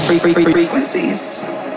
frequencies